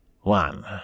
One